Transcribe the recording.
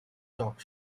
talk